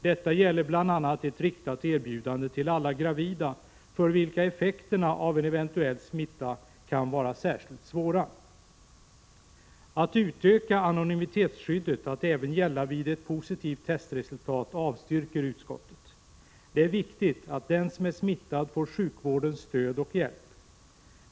Detta gäller bl.a. ett riktat erbjudande till alla gravida, för vilka effekterna av en eventuell smitta kan vara särskilt svåra. Förslaget att utöka anonymitetsskyddet att även gälla vid ett positivt testresultat avstyrker utskottet. Det är viktigt att den som är smittad får sjukvårdens stöd och hjälp.